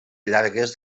llargues